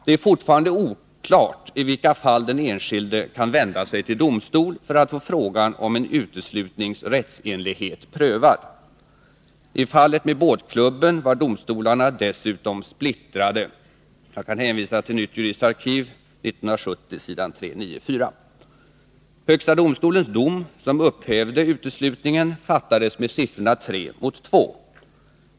Det är fortfarande oklart i vilka fall den enskilde kan vända sig till domstol för att få frågan om en uteslutnings rättsenlighet prövad. I fallet med båtklubben var domstolarna dessutom splittrade — jag kan hänvisa till Nytt juridiskt arkiv 1970 s. 394. HD:s dom, som upphävde uteslutningen, fastställdes med siffrorna tre mot två.